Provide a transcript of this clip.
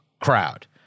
crowd